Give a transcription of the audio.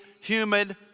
humid